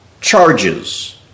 charges